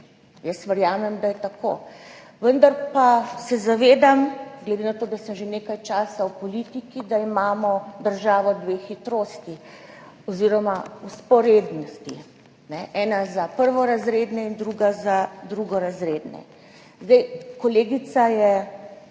Jaz verjamem, da je tako, vendar pa se zavedam, glede na to, da sem že nekaj časa v politiki, da imamo državo dveh hitrosti oziroma vzporednosti, ena je za prvorazredne in druga za drugorazredne. Kolegica,